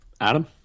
Adam